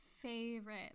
favorite